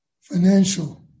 Financial